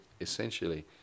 essentially